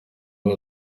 aba